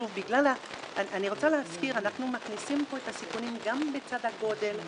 שוב אני רוצה להזכיר שאנחנו מכניסים פה את הסיכונים גם בצד הגודל,